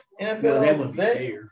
NFL